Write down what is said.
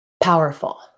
powerful